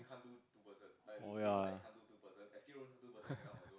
oh ya